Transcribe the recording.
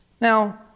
Now